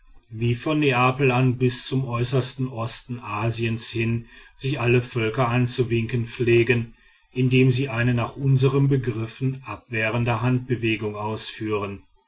wie von neapel an bis zum äußersten osten asiens hin sich alle völker anzuwinken pflegen indem sie eine nach unsern begriffen abwehrende handbewegung ausführen